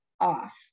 off